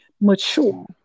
mature